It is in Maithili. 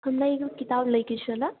हमरा एगो किताब लैके छलऽ